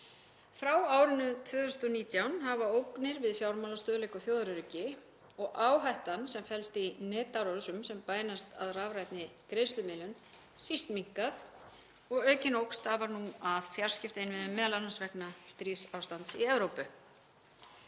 Frá árinu 2019 hafa ógnir við fjármálastöðugleika og þjóðaröryggi og áhættan sem felst í netárásum sem beinast að rafrænni greiðslumiðlun síst minnkað og aukin ógn stafar nú að fjarskiptainnviðum, m.a. vegna stríðsástands í Evrópu.